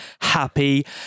Happy